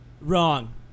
Wrong